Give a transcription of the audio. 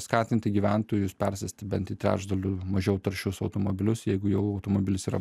skatinti gyventojus persėsti bent į trečdaliu mažiau taršius automobilius jeigu jau automobilis yra